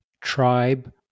tribe